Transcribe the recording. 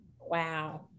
wow